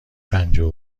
پنجاه